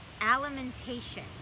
Alimentation